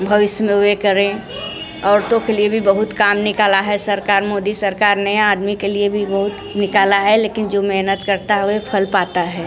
भविष्य में वे करें औरतों के लिए भी बहुत काम निकाला है सरकार मोदी सरकार नया आदमी के लिए भी बहुत निकाला है लेकिन जो मेहनत करता है वह फल पाता है